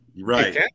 right